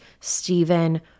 Stephen